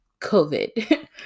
COVID